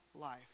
life